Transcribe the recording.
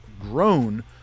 grown